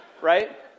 right